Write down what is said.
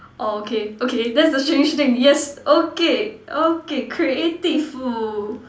orh K okay that is the strange thing yes okay okay creative